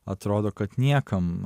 atrodo kad niekam